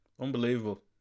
unbelievable